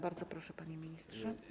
Bardzo proszę, panie ministrze.